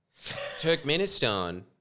Turkmenistan